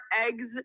eggs